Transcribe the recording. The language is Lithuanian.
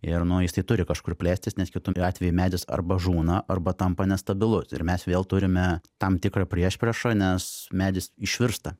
ir nu jis tai turi kažkur plėstis nes kitu atveju medis arba žūna arba tampa nestabilus ir mes vėl turime tam tikrą priešpriešą nes medis išvirsta